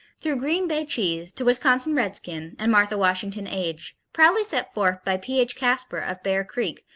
through green bay cheese to wisconsin redskin and martha washington aged, proudly set forth by p h. kasper of bear creek,